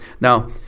Now